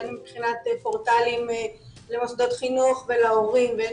הן מבחינת פורטלים למוסדות חינוך ולהורים והן